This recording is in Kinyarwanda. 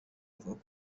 bavuga